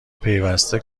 پیوسته